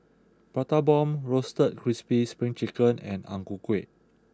Prata Bomb Roasted Crispy Spring Chicken and Ang Ku Kueh